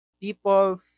people